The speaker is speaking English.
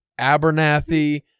Abernathy